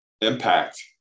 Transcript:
impact